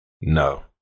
No